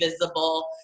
visible